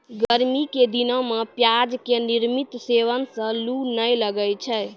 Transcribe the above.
गर्मी के दिनों मॅ प्याज के नियमित सेवन सॅ लू नाय लागै छै